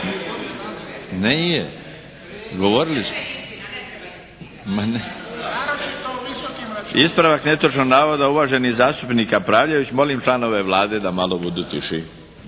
Nije. Govorili ste. Ispravak netočnog navoda uvaženi zastupnik Kapraljević. Molim članove Vlade da malo budu tiši.